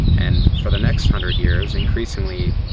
and for the next hundred years, increasingly,